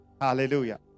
Hallelujah